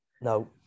no